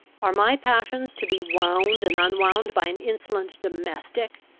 are my passions to be wound and unwound by an insolent domestic?